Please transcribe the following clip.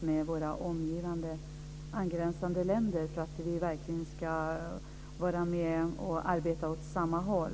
med våra angränsande länder så att vi verkligen arbetar åt samma håll.